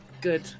good